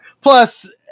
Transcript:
Plus